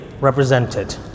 represented